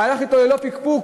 הלך אתו ללא פקפוק,